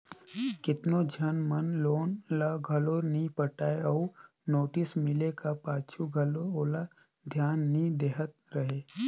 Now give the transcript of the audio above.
केतनो झन मन लोन ल घलो नी पटाय अउ नोटिस मिले का पाछू घलो ओला धियान नी देहत रहें